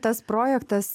tas projektas